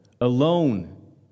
alone